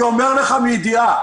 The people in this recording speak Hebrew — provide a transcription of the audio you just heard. אני אומר לך מידיעה,